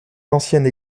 l’ancienne